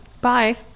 Bye